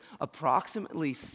approximately